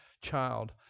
child